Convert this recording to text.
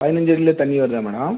பதினஞ்சு அடியில தண்ணி வருதா மேடம்